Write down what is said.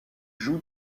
joue